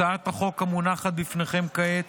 הצעת החוק המונחת בפניכם כעת